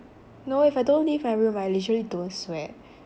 no if I don't leave my room I literally don't sweat